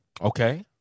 Okay